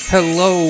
Hello